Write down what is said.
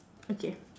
okay